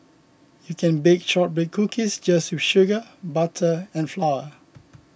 you can bake Shortbread Cookies just with sugar butter and flour